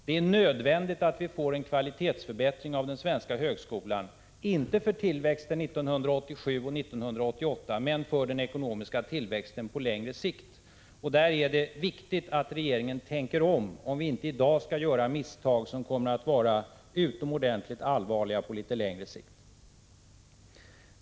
Det är nödvändigt att vi får en kvalitetsförbättring inom den svenska högskolan — inte för tillväxten 1987 och 1988, men för den ekonomiska tillväxten på längre sikt. Det är därför viktigt att regeringen tänker om, för att vi i dag inte skall göra misstag som kommer att få 19 främja den ekonomiska tillväxten utomordentligt allvarliga konsekvenser på litet längre sikt.